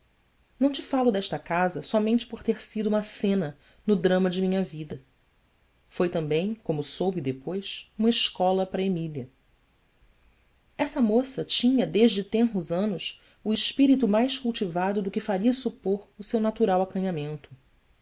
não te falo desta casa somente por ter sido uma cena no drama de minha vida foi também como soube depois uma escola para emília essa moça tinha desde tenros anos o espírito mais cultivado do que faria supor o seu natural acanhamento